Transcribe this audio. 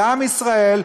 לעם ישראל,